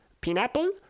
pineapple